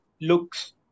looks